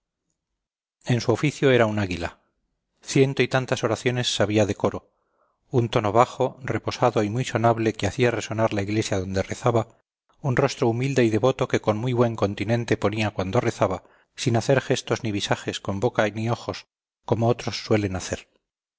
en su oficio era un águila ciento y tantas oraciones sabía de coro un tono bajo reposado y muy sonable que hacía resonar la iglesia donde rezaba un rostro humilde y devoto que con muy buen continente ponía cuando rezaba sin hacer gestos ni visajes con boca ni ojos como otros suelen hacer